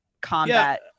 combat